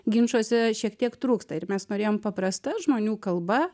ginčuose šiek tiek trūksta ir mes norėjom paprasta žmonių kalba